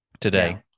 today